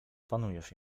opanujesz